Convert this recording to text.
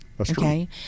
okay